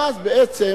ואז בעצם